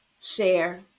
share